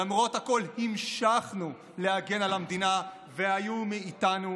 למרות הכול המשכנו להגן על המדינה, והיו מאיתנו